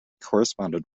corresponded